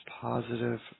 positive